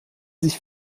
sich